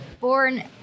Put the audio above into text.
born